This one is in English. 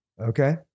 Okay